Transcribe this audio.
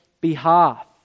behalf